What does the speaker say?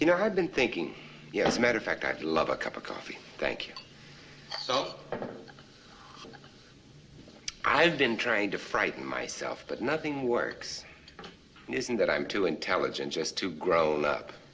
you know i've been thinking yes matter of fact i'd love a cup of coffee thank you so i've been trying to frighten myself but nothing works isn't that i'm too intelligent just too grown up